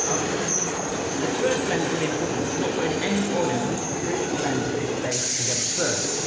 but we just need to blend this up. ah this first blend is really important, so we're not puttin' any oil in. we need to really blend this base together first.